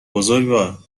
بزرگوار